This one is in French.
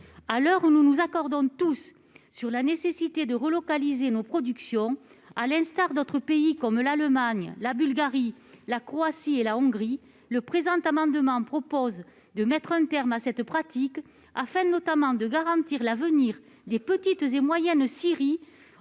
À l'heure où nous nous accordons tous sur la nécessité de relocaliser nos productions comme l'ont fait d'autres pays comme l'Allemagne, la Bulgarie, la Croatie et la Hongrie, le présent amendement vise à mettre un terme à cette pratique afin notamment de garantir l'avenir des petites et moyennes scieries